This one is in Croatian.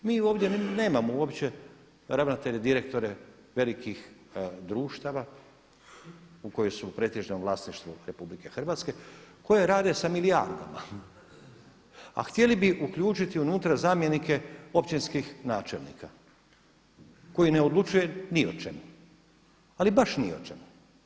Mi ovdje nemamo uopće ravnatelje, direktore velikih društava u kojem su u pretežnom vlasništvu RH koji rade sa milijardama, a htjeli bi uključiti unutra zamjenike općinskih načelnika koji ne odlučuje ni o čemu, ali baš ni o čemu.